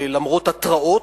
למרות התראות,